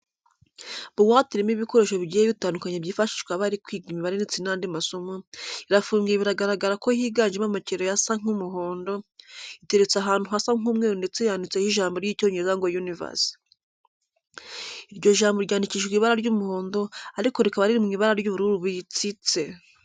Buwate irimo ibikoresho bigiye bitandukanye byifashishwa bari kwiga imibare ndetse n'anadi masomo, irafunguye biragaragara ko higanjemo amakereyo asa nk'umuhondo. Iteretse ahantu hasa nk'umweru ndetse yanditseho ijambo ry'Icyongereza ngo universe. Iryo jambo ryandikishijwe ibara ry'umuhondo ariko rikaba riri mu ibara ry'ubururu butsitse.